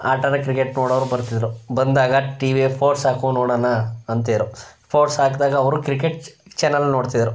ಆಟನ ಕ್ರಿಕೆಟ್ ನೋಡೋವ್ರು ಬರ್ತಿದ್ದರು ಬಂದಾಗ ಟಿವಿ ಫೋರ್ಟ್ಸ್ ಹಾಕು ನೋಡೋಣ ಅಂತಿದ್ದರು ಫೋರ್ಟ್ಸ್ ಹಾಕಿದಾಗ ಅವರು ಕ್ರಿಕೆಟ್ ಚಾನಲ್ ನೋಡ್ತಿದ್ದರು